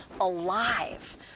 alive